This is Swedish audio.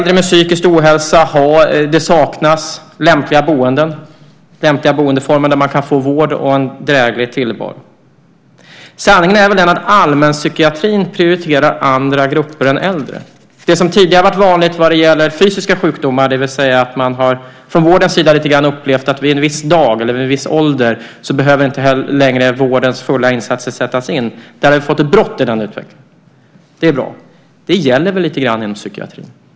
Det saknas lämpliga boendeformer där man kan få vård och en dräglig tillvaro för äldre med psykisk ohälsa. Sanningen är väl den att allmänpsykiatrin prioriterar andra grupper än äldre. Det som tidigare har varit vanligt vad gäller fysiska sjukdomar, det vill säga att man från vårdens sida har upplevt att vid en viss dag eller vid en viss ålder så behöver inte längre vårdens fulla insatser sättas in - i den utvecklingen har vi fått ett brott. Det är bra. Det gäller väl lite grann inom psykiatrin.